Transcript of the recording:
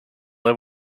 live